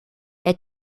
est